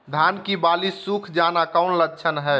धान की बाली सुख जाना कौन लक्षण हैं?